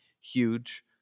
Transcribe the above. huge